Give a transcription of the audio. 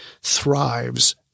thrives